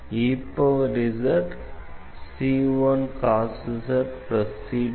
vlcsnap 2019 04 15 10h43m33s598